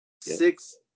Six